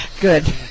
Good